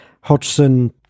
Hodgson